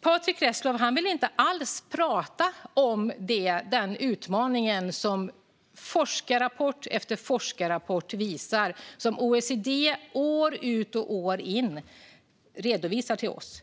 Patrick Reslow vill inte alls prata om den utmaning som forskarrapport efter forskarrapport visar på och som OECD år ut och år in redovisar till oss.